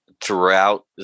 throughout